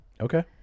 Okay